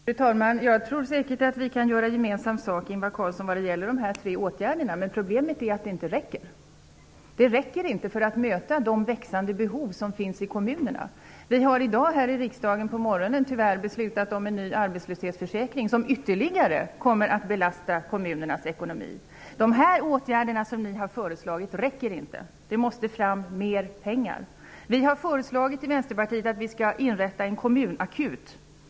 Fru talman! Jag tror säkert att vi kan göra gemensam sak när det gäller de här tre åtgärderna, Ingvar Carlsson. Problemet är att det inte räcker. Det räcker inte för att möta de växande behov som finns i kommunerna. I dag på morgonen har vi här i riksdagen tyvärr beslutat om en ny arbetslöshetsförsäkring som ytterligare kommer att belasta kommunernas ekonomi. De åtgärder som ni har föreslagit räcker inte. Det måste fram mer pengar. Vi i Vänsterpartiet har föreslagit att vi skall inrätta en kommunakut.